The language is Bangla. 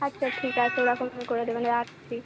আচ্ছা ঠিক আছে ওরকমই করে দেবেন রাখছি